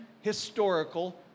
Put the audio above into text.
historical